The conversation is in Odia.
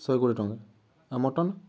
ଶହେ କୋଡ଼ିଏ ଟଙ୍କା ଆଉ ମଟନ୍